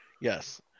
yes